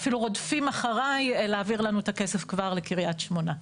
אפילו רודפים אחריי להעביר לנו את הכסף כבר לקריית שמונה.